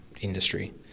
industry